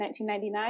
1999